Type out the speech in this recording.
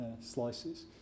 slices